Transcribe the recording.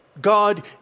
God